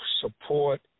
support